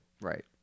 Right